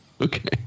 Okay